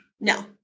no